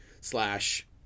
slash